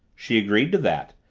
she agreed to that,